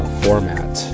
format